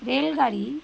rail গাড়ি